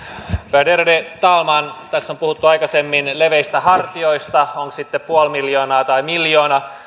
värderade talman tässä on puhuttu aikaisemmin leveistä hartioista on se sitten puoli miljoonaa tai miljoona